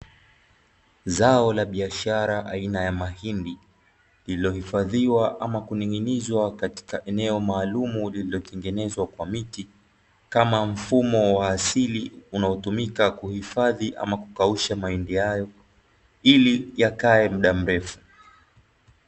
Zao la biashara aina ya mahindi, lililohifadhiwa ama kuning'inizwa katika eneo maalumu lililotengenezwa kwa miti, kama mfumo wa asili unaotumika kuhifadhi ama kukausha mahindi hayo, ili yakae muda mrefu.